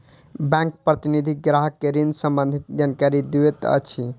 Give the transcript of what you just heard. bank प्रतिनिधि ग्राहक के ऋण सम्बंधित जानकारी दैत अछि